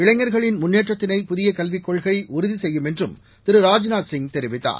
இளைஞர்களின் முன்னேற்றத்தினை புதிய கல்விக் கொள்கை உறுதி செய்யும் என்றும் திரு ராஜ்நாத்சிய் தெரிவித்தார்